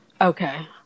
Okay